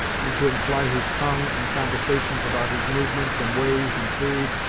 and to empl'y his tongue in conversations about his movements, and ways, and food,